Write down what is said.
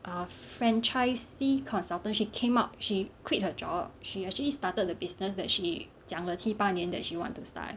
err franchisee consultant she came out she quit her job she actually started the business that she 讲了七八年 that she wanted to start